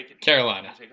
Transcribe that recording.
Carolina